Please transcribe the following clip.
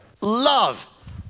love